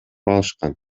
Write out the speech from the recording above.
алышкан